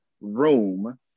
room